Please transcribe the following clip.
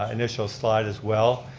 ah initial slide as well,